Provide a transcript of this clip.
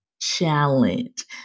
challenge